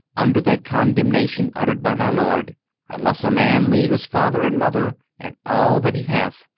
under that condemnation uttered by my lord unless a man leave his father and mother and all that he hath,